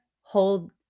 hold